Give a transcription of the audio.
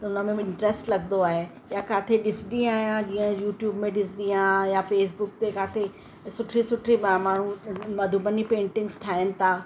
त उन में बि इंट्रेस्ट लॻंदो आहे या काथे ॾिसंदी आहियां जीअं यूट्यूब में ॾिसंदी आहियां या फेसबुक ते काथे सुठे सुठे म माण्हू मधुबनी पेंटिंग्स ठाहिनि था